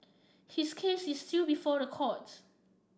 his case is still before the courts